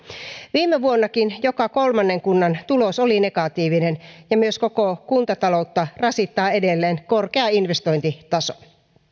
viime vuonnakin joka kolmannen kunnan tulos oli negatiivinen ja myös koko kuntataloutta rasittaa edelleen korkea investointitaso